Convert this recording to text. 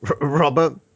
Robert